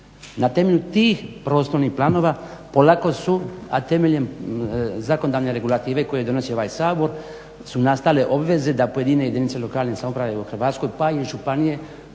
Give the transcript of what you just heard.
Na temelju tih prostornih planova polako su, a temeljem zakonodavne regulative koju donosi ovaj Sabor su nastale obveze da pojedine jedinice lokalne samouprave u Hrvatskoj pa i županije